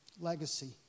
Legacy